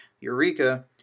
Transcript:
Eureka